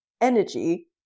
energy